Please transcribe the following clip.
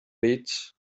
bit